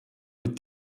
mit